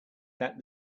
that